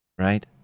Right